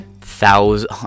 thousand